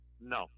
No